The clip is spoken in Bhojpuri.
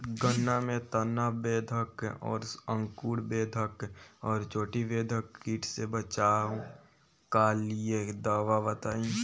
गन्ना में तना बेधक और अंकुर बेधक और चोटी बेधक कीट से बचाव कालिए दवा बताई?